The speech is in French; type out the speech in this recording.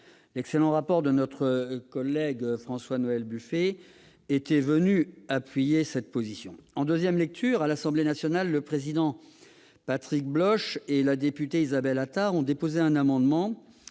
L'excellent rapport de notre collègue François-Noël Buffet est venu à l'appui de cette position. En deuxième lecture, à l'Assemblée nationale, les députés Patrick Bloche et Isabelle Attard ont déposé un amendement